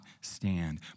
stand